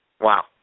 Wow